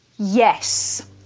Yes